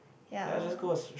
ya